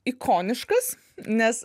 ikoniškas nes